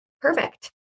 perfect